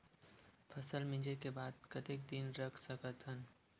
फसल मिंजे के बाद कतेक दिन रख सकथन?